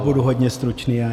Budu hodně stručný.